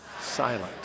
silent